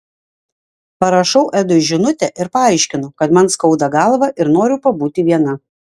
parašau edui žinutę ir paaiškinu kad man skauda galvą ir noriu pabūti viena